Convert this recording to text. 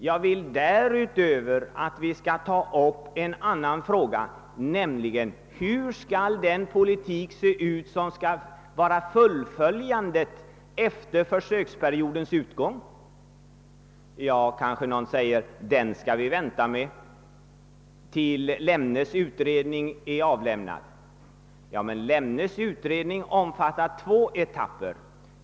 Jag vill att vi därutöver skall ta upp en annan fråga, nämligen hur den politik skall se ut som skall innebära fullföljandet av verksamheten efter försöksperiodens utgång. Den skall vi vänta med tills Lemnes utredning är avlämnad, kanske någon säger. Lemnes utredning omfattar emellertid två etapper.